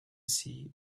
sea